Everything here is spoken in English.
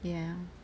ya